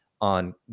on